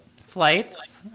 Flights